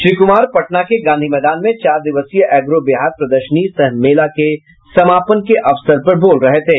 श्री कुमार पटना के गांधी मैदान में चार दिवसीय एग्रो बिहार प्रदर्शनी सह मेला के समापन के अवसर पर बोल रहे थे